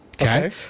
Okay